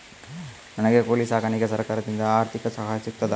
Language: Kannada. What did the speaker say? ನನಗೆ ಕೋಳಿ ಸಾಕಾಣಿಕೆಗೆ ಸರಕಾರದಿಂದ ಆರ್ಥಿಕ ಸಹಾಯ ಸಿಗುತ್ತದಾ?